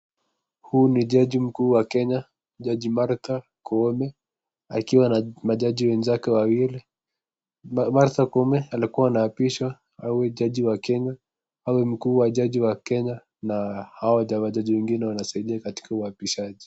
Huyu ni jaji mkuu wa Kenya, jaji Martha Koome, akiwa na majaji wenzake wawili, Martha Koome alikuwa anaapishwa awe jaji wa Kenya, awe mkuu wa jaji wa Kenya na hao majaji wengine wanasaidia katika uapishaji.